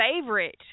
favorite